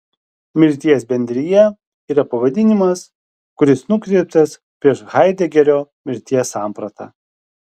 mirties bendrija yra pavadinimas kuris nukreiptas prieš haidegerio mirties sampratą